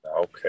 okay